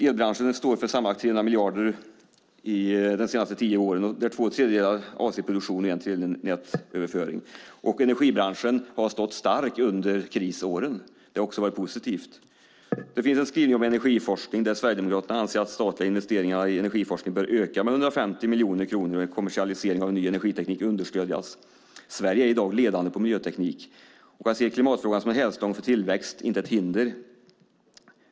Elbranschen står för sammanlagt 300 miljarder de senaste tio åren, där två tredjedelar avser produktion och en tredjedel nätöverföring. Energibranschen har stått stark under krisåren, vilket också har varit positivt. Det finns en skrivning om energiforskning där Sverigedemokraterna anser att de statliga investeringarna i energiforskning bör öka med 150 miljoner kronor och kommersialisering av ny energiteknik understödjas. Sverige är i dag ledande på miljöteknik och ser klimatfrågan som en hävstång för tillväxt, inte ett hinder.